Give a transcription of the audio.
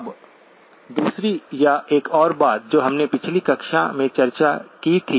अब दूसरी या एक और बात जो हमने पिछली कक्षा में चर्चा की थी